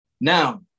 Now